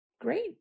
great